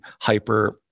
hyper